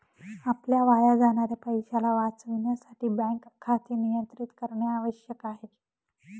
आपल्या वाया जाणाऱ्या पैशाला वाचविण्यासाठी बँक खाते नियंत्रित करणे आवश्यक आहे